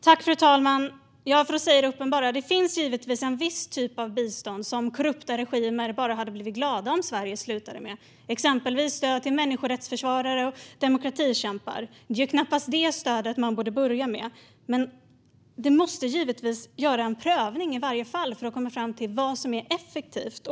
Fru talman! Låt mig säga det uppenbara; det finns givetvis en viss typ av bistånd där korrupta regimer bara hade blivit glada om Sverige slutat dela ut detta. Det gäller exempelvis stöd till människorättsförsvarare och demokratikämpar. Men det är knappast det stödet man ska börja med. Det måste givetvis ske en prövning i varje fall för att komma fram till vad som är effektivt.